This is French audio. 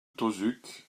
tauzuc